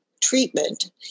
treatment